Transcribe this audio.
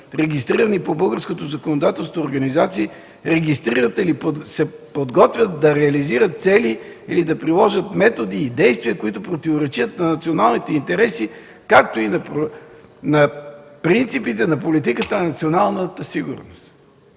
регистрирани по българското законодателство организации регистрират или се подготвят да реализират цели или да приложат методи и действия, които противоречат на националните интереси, както и на принципите на политиката на националната сигурност”.